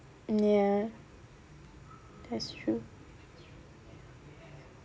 ya that's true